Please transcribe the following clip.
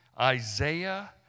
Isaiah